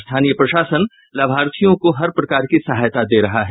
स्थानीय प्रशासन लाभार्थियों को हर प्रकार की सहायता दे रहा है